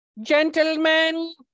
gentlemen